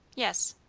yes.